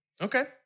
Okay